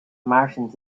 martians